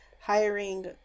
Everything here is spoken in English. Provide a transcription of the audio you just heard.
hiring